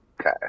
okay